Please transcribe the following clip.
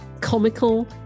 comical